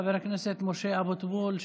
חבר הכנסת משה אבוטבול,